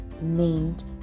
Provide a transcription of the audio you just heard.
named